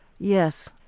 Yes